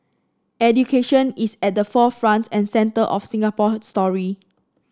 education is at the forefront and centre of Singapore story